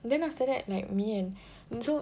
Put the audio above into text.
then after that like me and so